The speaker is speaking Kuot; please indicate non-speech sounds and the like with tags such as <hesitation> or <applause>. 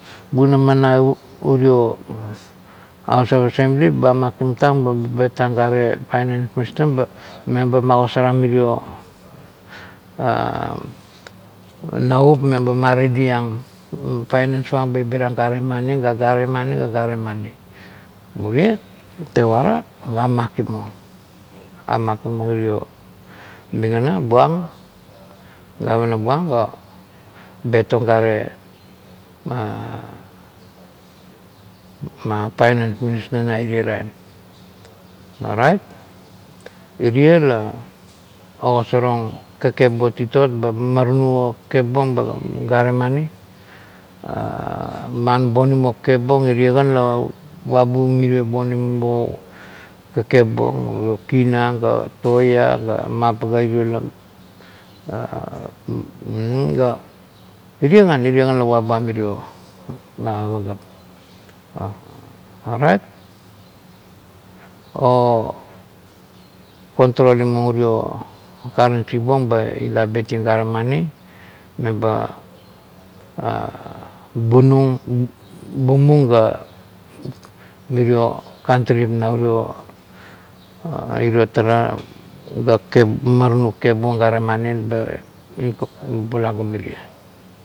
Bunama na urio haus of assembly ba a makim tam be tana gane finance minister ba, meba magosarang mirio navup memba ma rediang finance ang eba ibir ieng gare maui, gare mani ga gare mani, urie tevara ga a makim ong. A makim ong iro migana buang, governor buang ga bet ong gare finance minister buang na irie time orant irie la ogosarong leakep buang titot ba mamarana gare moni, man benin o kakep buang irie kan la vaba urie bonim bo kakep beiong, uro kina ga toea ga mapaga irio la <hesitation> irie kan, la vabuan merie mirio pagap. Orait o controlim urio currency buang ba ila bet ieng gare moni meba bumong ga mirio loantrip na irio tara ga mamarie kakep buang gare mani ga bula ga merie.